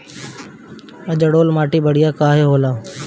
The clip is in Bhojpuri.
जलोड़ माटी बढ़िया काहे होला?